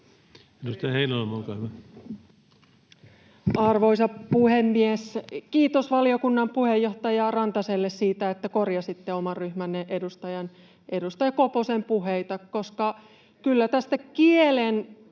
Edustaja Heinäluoma, olkaa hyvä. Arvoisa puhemies! Kiitos valiokunnan puheenjohtaja Rantaselle siitä, että korjasitte oman ryhmänne edustajan, edustaja Koposen, puheita, [Mari Rantanen: